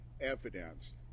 evidence